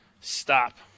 Stop